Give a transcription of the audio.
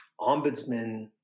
ombudsman